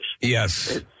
Yes